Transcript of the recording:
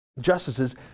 justices